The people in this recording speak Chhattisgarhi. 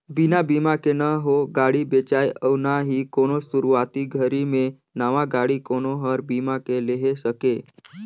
बिना बिमा के न हो गाड़ी बेचाय अउ ना ही कोनो सुरूवाती घरी मे नवा गाडी कोनो हर बीमा के लेहे सके